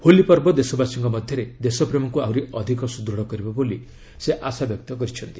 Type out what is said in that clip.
ହୋଲିପର୍ବ ଦେଶବାସୀଙ୍କ ମଧ୍ୟରେ ଦେଶପ୍ରେମକୁ ଆହୁରି ଅଧିକ ସୁଦୃତ୍ କରିବ ବୋଲି ସେ ଆଶାବ୍ୟକ୍ତ କରିଛନ୍ତି